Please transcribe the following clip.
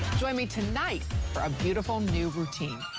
join me tonight for a beautiful new routine.